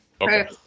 okay